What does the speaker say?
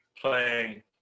playing